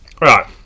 right